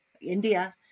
India